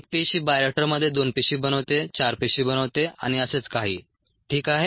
एक पेशी बायोरिएक्टरमध्ये 2 पेशी बनवते 4 पेशी बनवते आणि असेच काही ठीक आहे